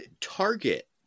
Target